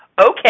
Okay